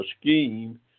scheme